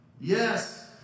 Yes